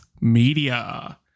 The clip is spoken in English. Media